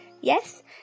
yes